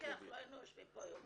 אם היית לוקח לא היינו יושבים פה היום.